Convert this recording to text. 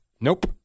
Nope